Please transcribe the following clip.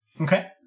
Okay